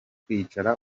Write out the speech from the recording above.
kwicara